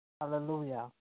Hallelujah